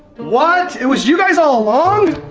what? it was you guys all along?